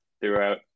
throughout